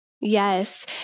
Yes